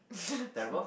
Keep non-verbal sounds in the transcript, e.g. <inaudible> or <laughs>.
<laughs>